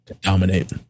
dominate